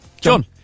John